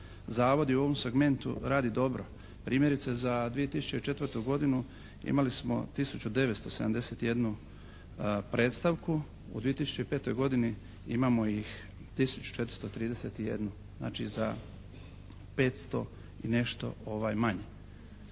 zavod i u ovom segmentu radi dobro. Primjerice za 2004. godinu imali tisuću 971 predstavku, u 2005. godini imamo ih tisuću 431, znači za 500 i nešto manje.